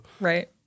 Right